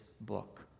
book